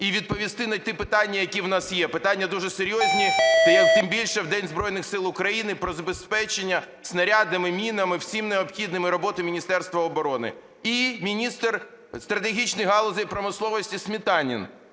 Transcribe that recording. і відповісти на ті питання, які у нас є. Питання дуже серйозні, тим більше в День Збройних Сил України, про забезпечення снарядами, мінами, всім необхідним, і роботу Міністерства оборони. І міністр стратегічних галузей промисловості Сметанін,